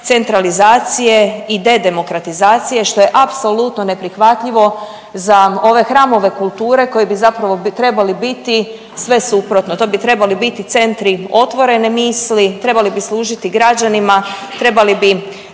centralizacije i dedemokratizacije što je apsolutno neprihvatljivo za ove hramove kulture koji bi zapravo trebali biti sve suprotno. To bi trebali biti centri otvorene misli, trebali bi služiti građanima, trebali bi